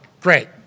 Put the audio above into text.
great